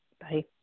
Bye